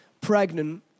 pregnant